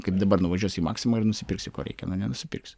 kaip dabar nuvažiuosi į maksimą ir nusipirksi ko reikia nu nenusipirksi